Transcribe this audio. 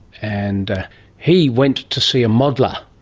and he went to see a modeller,